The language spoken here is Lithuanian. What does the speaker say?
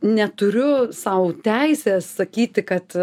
neturiu sau teisės sakyti kad